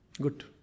Good